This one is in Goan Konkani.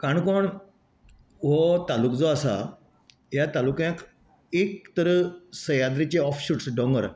काणकोण हो तालुको जो आसा ह्या तालुक्यांत एक तर सह्याद्रिचे ऑफशूट्स डोंगर